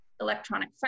electronic